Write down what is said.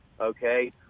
okay